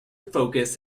focus